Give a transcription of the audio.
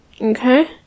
Okay